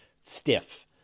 stiff